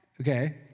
Okay